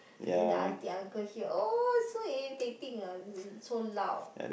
then the aunty uncle hear oh so irritating ah so loud